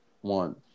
One